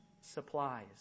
Supplies